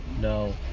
No